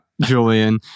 Julian